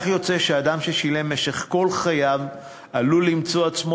יוצא שאדם ששילם במשך כל חייו עלול למצוא את עצמו